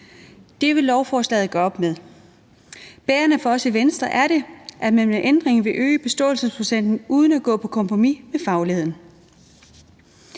Det vil lovforslaget gøre op med. Bærende for os i Venstre er det, at man ved ændringen vil øge beståelsesprocenten uden at gå på kompromis med fagligheden.